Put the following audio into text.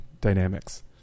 dynamics